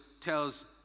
tells